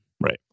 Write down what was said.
Right